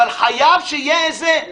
לא רישיון.